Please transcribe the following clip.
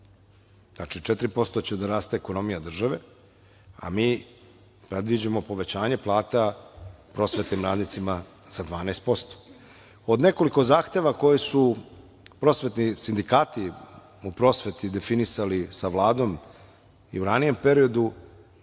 posto će da raste ekonomija države, a mi predviđamo povećanje plata prosvetnim radnicima za 12%.Od nekoliko zahteva koji su prosvetni sindikati u prosveti definisali sa Vladom i u ranijem periodu